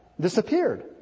disappeared